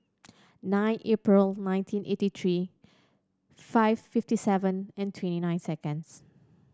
nine April nineteen eighty three five fifty seven and twenty nine seconds